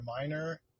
minor